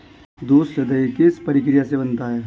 दूध से दही किस प्रक्रिया से बनता है?